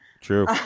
true